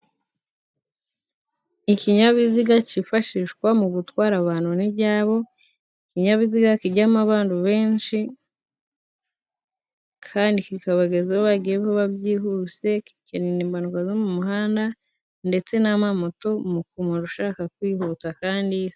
Ikinyabiziga kifashishwa mu gutwara abantu n'ibyabo, ikinyabiziga kijyamo abantu benshi kandi kikabageza aho bagiye vuba byihuse kikirinda impanuka zo mu muhanda zishobora guterwa n' umuvuduko mwinshi cyakoresheje.